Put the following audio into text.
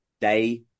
day